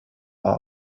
are